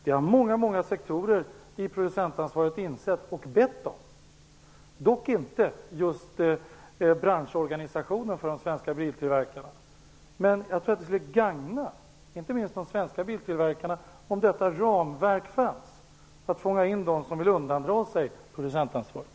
Det har många sektorer inom producentansvaret insett och bett om, dock inte just branschorganisationen för de svenska biltillverkarna. Men jag tror att det skulle gagna inte minst de svenska biltillverkarna om detta ramverk fanns för att fånga in dem som vill undandra sig producentansvaret.